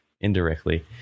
indirectly